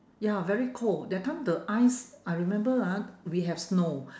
ya very cold that time the ice I remember ah we have snow